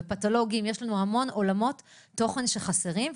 בפתולוגיה יש לנו המון עולמות תוכן חסרים.